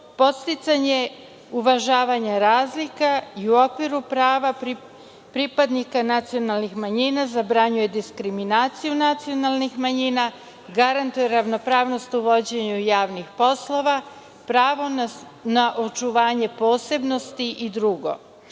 podsticanje uvažavanja razlika i u okviru prava pripadnika nacionalnih manjina zabranjuje diskriminaciju nacionalnih manjina, garantuje ravnopravnost u vođenju javnih poslova, pravo na očuvanje posebnosti i drugo.